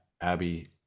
Abby